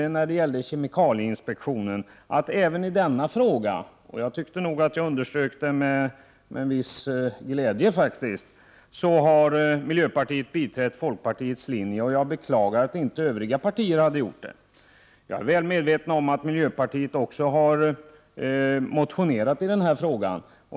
När det gäller kemikalieinspektionen konstaterade jag nämligen att även i denna fråga — det var med viss glädje jag underströk detta — har miljöpartiet biträtt folkpartiets linje. Jag beklagar att övriga partier inte gjorde det. Jag är väl medveten om att miljöpartiet också har motionerat i denna fråga.